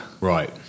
right